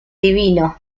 divino